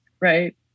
right